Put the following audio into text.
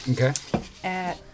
Okay